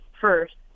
first